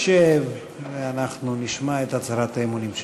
הישיבה הבאה תתקיים, בעזרת השם, ביום